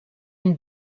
une